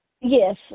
yes